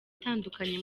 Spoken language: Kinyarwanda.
itandukanye